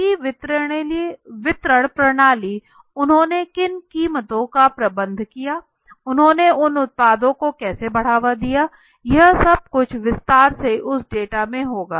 उनकी वितरण प्रणाली उन्होंने किन कीमतों का प्रबंधन किया उन्होंने उन उत्पादों को कैसे बढ़ावा दिया यह सब कुछ विस्तार से उस डाटा में होगा